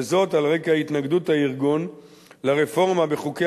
וזאת על רקע התנגדות הארגון לרפורמה בחוקי